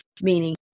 meaning